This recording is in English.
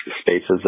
spaces